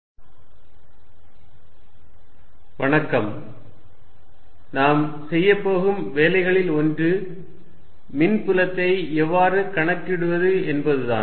மின்புலத்திற்கான Helmholtz தேற்றம் நாம் செய்யப்போகும் வேலைகளில் ஒன்று மின்புலத்தை எவ்வாறு கணக்கிடுவது என்பதுதான்